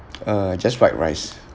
uh just white rice